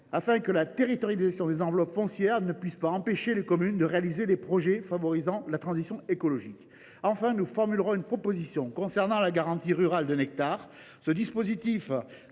afin que la territorialisation des enveloppes foncières n’empêche pas les communes de réaliser des projets favorisant la transition écologique. Enfin, nous formulerons une proposition concernant la garantie rurale de 1 hectare, qui